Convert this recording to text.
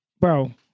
Bro